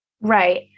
Right